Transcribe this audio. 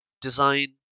design